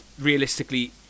realistically